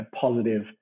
positive